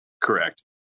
Correct